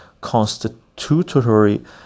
constitutory